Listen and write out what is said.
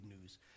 news